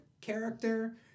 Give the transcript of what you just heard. character